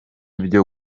byo